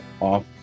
off